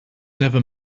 never